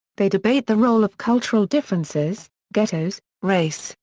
they debate the role of cultural differences, ghettos, race,